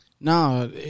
No